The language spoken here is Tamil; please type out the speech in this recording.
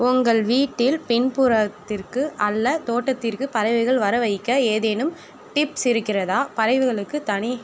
உங்கள் வீட்டில் பின்புறத்திற்கு அல்லது தோட்டத்திற்குப் பறவைகள் வர வைக்க ஏதேனும் டிப்ஸ் இருக்கிறதா பறவைகளுக்குத் தனி